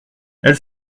elle